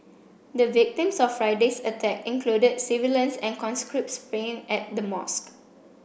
the victims of Friday's attack included civilians and conscripts praying at the mosque